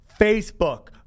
Facebook